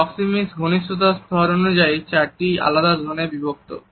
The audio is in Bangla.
প্রক্সেমিকস ঘনিষ্ঠতার স্তর অনুযায়ী চারটি আলাদা জোনে বিভক্ত